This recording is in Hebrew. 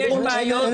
לפרוטוקול.